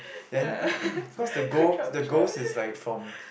then because the goal the ghost is like from